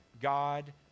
God